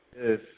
Yes